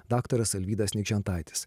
daktaras alvydas nikžentaitis